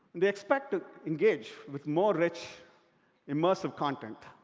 they expect to engage with more rich immersive content,